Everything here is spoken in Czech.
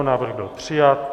Návrh byl přijat.